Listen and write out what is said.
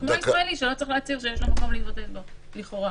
לעומת ישראלי שלא צריך להצהיר שיש לו מקום להתבודד בו לכאורה.